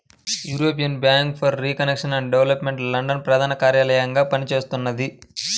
European bank for reconstruction and development London ప్రధాన కార్యాలయంగా పనిచేస్తున్నది